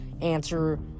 answer